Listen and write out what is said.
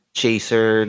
chaser